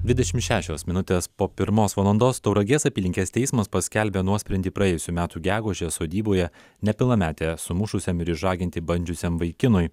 dvidešimt šešios minutes po pirmos valandos tauragės apylinkės teismas paskelbė nuosprendį praėjusių metų gegužę sodyboje nepilnametę sumušusiam ir išžaginti bandžiusiam vaikinui